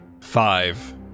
Five